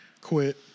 quit